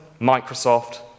Microsoft